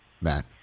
Matt